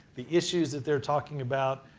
the issues they're talking about.